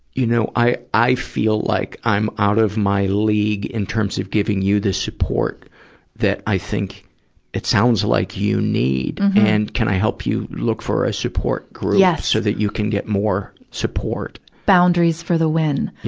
you know, i, i feel like i'm out of my league in terms of giving you the support that i think it sounds like you need, and can i help you look for a support group yeah so that you can get more support? boundaries for the win!